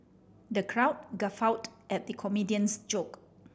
the crowd guffawed at the comedian's joke